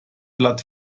blatt